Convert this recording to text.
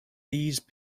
these